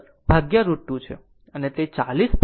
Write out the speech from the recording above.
66√ 210√ 2 છે